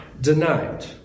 denied